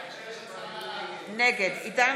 נגד יואל